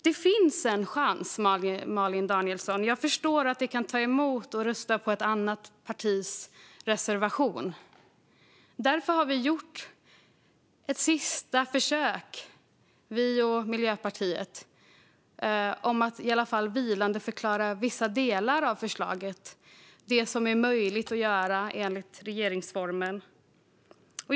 Det finns en chans, Malin Danielsson. Jag förstår att det kan ta emot att rösta på ett annat partis reservation. Men Vänsterpartiet och Miljöpartiet har gjort ett sista försök att åtminstone vilandeförklara vissa delar av förslaget, det som är möjligt att göra enligt regeringsformen.